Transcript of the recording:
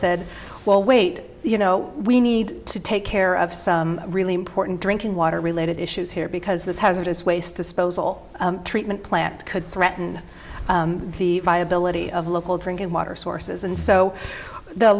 said well wait you know we need to take care of some really important drinking water related issues here because this hazardous waste disposal treatment plant could threaten the viability of local drinking water sources and so the